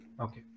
Okay